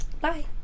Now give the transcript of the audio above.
Bye